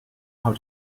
how